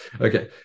Okay